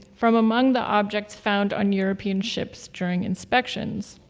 from among the objects found on european ships during inspections.